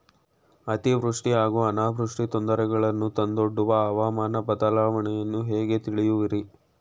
ಅತಿವೃಷ್ಟಿ ಹಾಗೂ ಅನಾವೃಷ್ಟಿ ತೊಂದರೆಗಳನ್ನು ತಂದೊಡ್ಡುವ ಹವಾಮಾನ ಬದಲಾವಣೆಯನ್ನು ಹೇಗೆ ತಿಳಿಯುವಿರಿ?